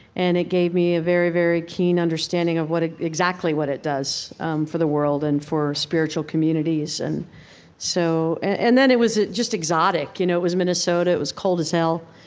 and it gave me a very very keen understanding of ah exactly what it does for the world and for spiritual communities. and so and then it was just exotic. you know it was minnesota. it was cold as hell.